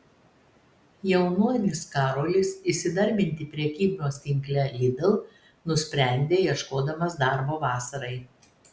jaunuolis karolis įsidarbinti prekybos tinkle lidl nusprendė ieškodamas darbo vasarai